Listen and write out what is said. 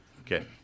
Okay